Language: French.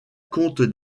compte